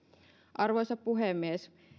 arvoisa puhemies